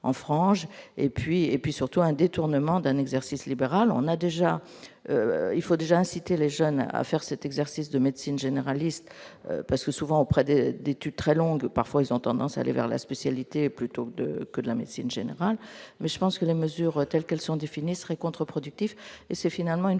et puis, et puis surtout un détournement d'un exercice libéral, on a déjà, il faut déjà incité les jeunes à faire c'est exercice de médecine généraliste parce que souvent auprès d'études très longues, parfois, ils ont tendance à aller vers la spécialité plutôt que de la médecine générale, mais je pense que les mesures telles qu'elles sont définies serait contreproductif et c'est finalement une